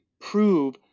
prove